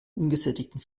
ungesättigten